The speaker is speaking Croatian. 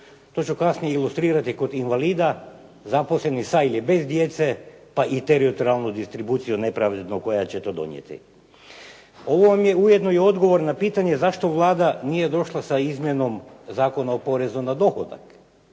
To ću kasnije ilustrirati kod invalida zaposlenih sa ili bez djece pa i teritorijalnu distribuciju nepravednu koja će to donijeti. Ovo vam je ujedno i odgovor na pitanje zašto Vlada nije došla sa izmjenom Zakona o porezu na dohodak.